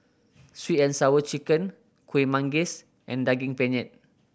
Sweet And Sour Chicken Kuih Manggis and Daging Penyet